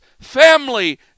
family